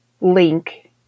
link